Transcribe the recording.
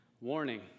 Warning